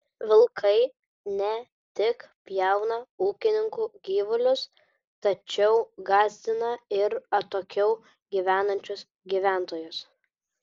vilkai ne tik pjauna ūkininkų gyvulius tačiau gąsdina ir atokiau gyvenančius gyventojus